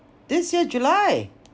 this year july